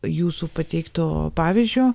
jūsų pateikto pavyzdžio